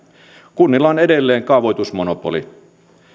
kunnilla on edelleen kaavoitusmonopoli